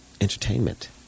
entertainment